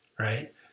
Right